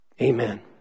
Amen